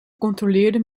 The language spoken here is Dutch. controleerde